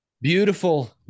Beautiful